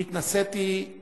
וגם אני התנסיתי בהן.